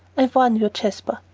i warn you, jasper,